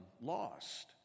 Lost